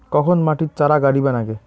কখন মাটিত চারা গাড়িবা নাগে?